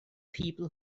people